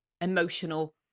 emotional